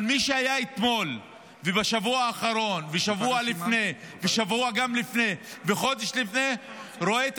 אבל מי שהיה אתמול ובשבוע האחרון ושבוע לפני וחודש לפני רואה את